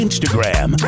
Instagram